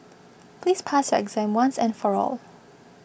please pass exam once and for all